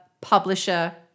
publisher